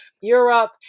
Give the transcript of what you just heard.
Europe